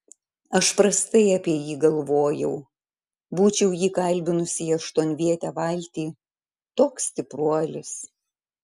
aš prastai apie jį galvojau būčiau jį kalbinusi į aštuonvietę valtį toks stipruolis